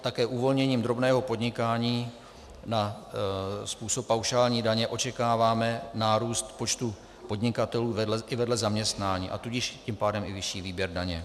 Také uvolněním drobného podnikání na způsob paušální daně očekáváme nárůst počtu podnikatelů i vedle zaměstnání, a tudíž tím pádem i vyšší výběr daně.